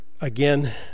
again